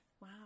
Wow